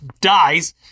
dies